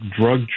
drug